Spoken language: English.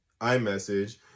iMessage